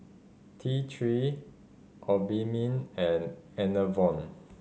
T Three Obimin and Enervon